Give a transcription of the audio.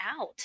out